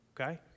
okay